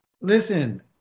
Listen